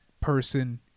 person